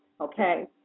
Okay